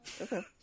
Okay